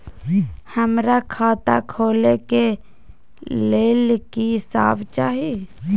हमरा खाता खोले के लेल की सब चाही?